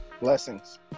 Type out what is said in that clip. Blessings